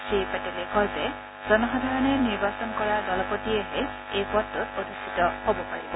শ্ৰীপেটেলে কয় যে জনসাধাৰণে নিৰ্বাচন কৰা দলপতিয়েহে এই পদটোত অধিস্থিত হব পাৰিব